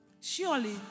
Surely